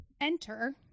enter